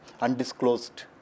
undisclosed